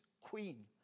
queen